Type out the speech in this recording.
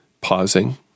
pausing